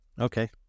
Okay